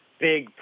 big